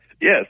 Yes